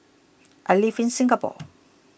I live in Singapore